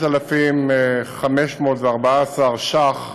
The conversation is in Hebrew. מ-5,514 ש"ח